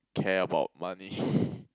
care about money